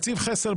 תקציב חסר,